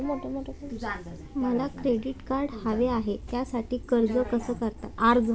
मला credit card हवे आहे त्यासाठी अर्ज कसा करतात?